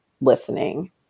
listening